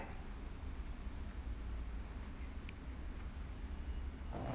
yup